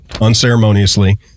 unceremoniously